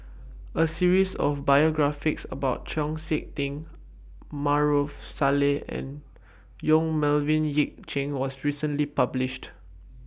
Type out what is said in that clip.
A series of biographies about Chau Sik Ting Maarof Salleh and Yong Melvin Yik Chye was recently published